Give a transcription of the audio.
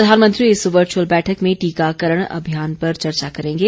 प्रधानमंत्री इस वर्चअुल बैठक में टीकाकरण अभियान पर चर्चा करेंगे